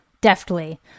deftly